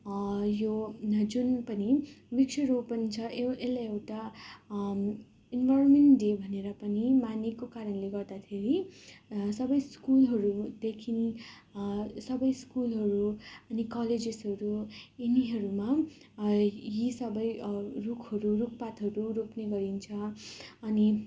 यो जुन पनि वृक्षरोपण छ यो यसले एउटा इन्भारोमेन्ट डे भनेर पनि मानेको कारणले गर्दाखेरि सबै स्कुलहरूदेखि सबै स्कुलहरू अनि कलेजेसहरू यिनीहरूमा यी सबै रुखहरू रुखपातहरू रोप्ने गरिन्छ अनि